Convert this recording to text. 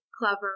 clever